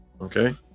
Okay